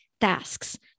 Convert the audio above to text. tasks